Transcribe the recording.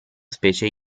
specie